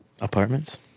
Apartments